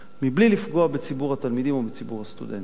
בלי לפגוע בציבור התלמידים ובציבור הסטודנטים.